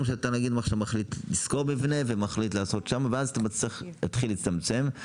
שאתה מחליט לשכור ומחליט לפתוח שם ואז אתה צריך להתחיל להצטמצם,